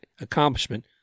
accomplishment